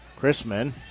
Chrisman